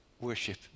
worship